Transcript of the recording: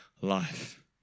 life